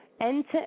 Enter